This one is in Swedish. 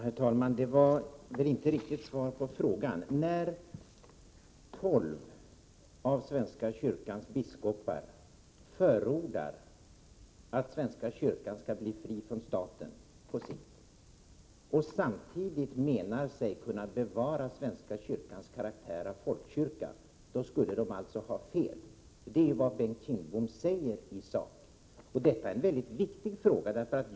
Herr talman! Det var inte riktigt svar på frågan. När tolv av svenska kyrkans biskopar förordar att svenska kyrkan på sikt skall bli fri från staten och samtidigt menar sig kunna bevara svenska kyrkans karaktär av folkkyrka, skulle de alltså ha fel. Det är vad Bengt Kindbom säger i sak. Detta är en mycket viktig fråga.